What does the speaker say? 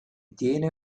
tiene